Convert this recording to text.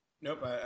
Nope